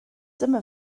dyma